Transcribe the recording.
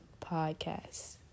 podcast